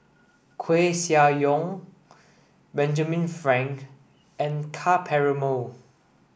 Koeh Sia Yong Benjamin Frank and Ka Perumal